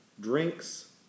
Drinks